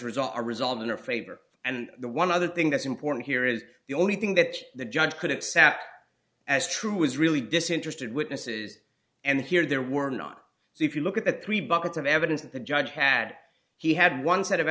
result are resolved in or favor and the one other thing that's important here is the only thing that the judge could accept as true was really disinterested witnesses and here there were not so if you look at the three buckets of evidence that the judge had he had one s